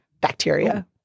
bacteria